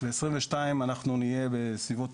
וב-2022 אנחנו נהיה בסביבות